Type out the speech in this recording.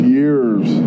years